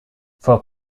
for